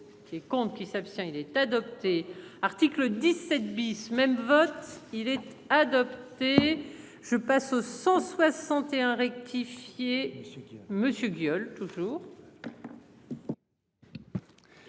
qui compte qui s'abstient il est adopté. Article 17 bis même vote, s'il est adopté. Je passe au 161 rectifié ce monsieur viol toujours.